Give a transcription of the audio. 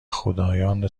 خدایان